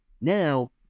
Now